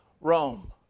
Rome